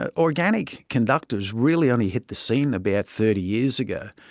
ah organic conductors really only hit the scene about thirty years ago,